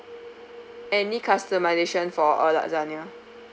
any customisation for a lasagna